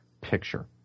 picture